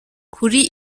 kuri